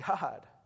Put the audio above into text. God